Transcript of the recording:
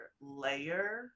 layer